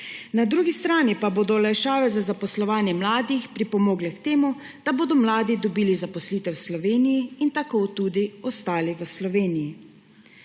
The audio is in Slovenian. Na drugi strani pa bodo olajšave za zaposlovanje mladih pripomogle k temu, da bodo mladi dobili zaposlitev v Sloveniji in tako tudi ostali v Sloveniji.